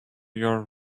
your